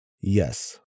Yes